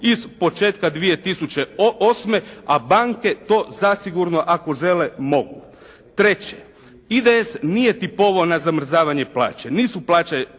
iz početka 2008. a banke to zasigurno ako žele mogu. Treće IDS nije tipovao na zamrzavanje plaće,